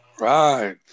Right